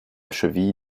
cheville